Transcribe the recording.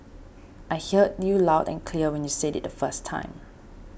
I heard you loud and clear when you said it the first time